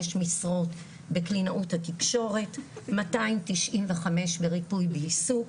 משרות בקלינאות התקשורת 295 בריפוי בעיסוק.